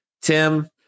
Tim